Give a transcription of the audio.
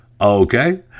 Okay